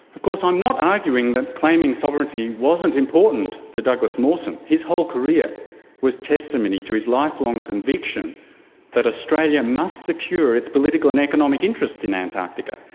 of course i'm not arguing that claiming sovereignty wasn't important to douglas mawson. his whole career was testimony to his lifelong conviction that australia must secure its political and economic interests in antarctica.